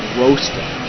roasting